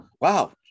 Wow